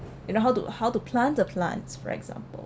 you know how to how to plant the plants for example